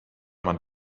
man